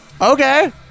okay